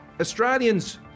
Australians